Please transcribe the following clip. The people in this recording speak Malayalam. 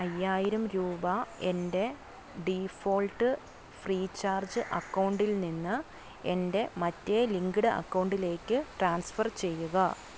അയ്യായിരം രൂപ എൻ്റെ ഡീഫോൾട്ട് ഫ്രീചാർജ് അക്കൗണ്ടിൽ നിന്ന് എൻ്റെ മറ്റേ ലിങ്ക്ഡ് അക്കൗണ്ടിലേക്ക് ട്രാൻസ്ഫർ ചെയ്യുക